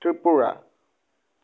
Tripura